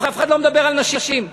אף אחד לא מדבר על נשים.